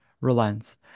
relents